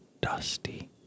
dusty